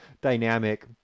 Dynamic